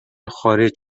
خارج